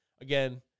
again